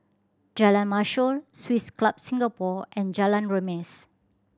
Jalan Mashhor Swiss Club Singapore and Jalan Remis